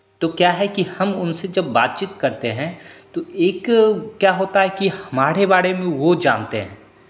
तो क्या है कि हम उनसे जब बातचीत करते हैं एक क्या होता है कि हमारे बारे में वो जानते हैं